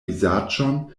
vizaĝon